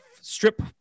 strip